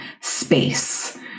space